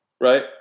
right